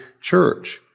church